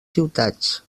ciutats